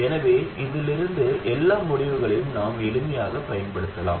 எனவே அதிலிருந்து எல்லா முடிவுகளையும் நாம் எளிமையாகப் பயன்படுத்தலாம்